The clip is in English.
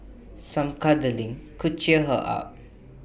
some cuddling could cheer her up